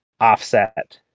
offset